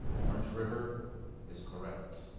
orange river is correct.